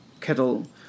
Kettle